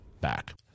back